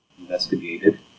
investigated